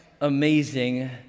amazing